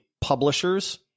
publishers